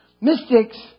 Mystics